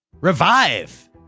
Revive